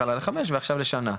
בהתחלה לחמש ועכשיו לשנה.